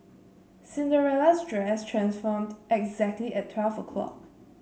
Cinderella's dress transformed exactly at twelve o'clock